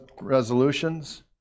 resolutions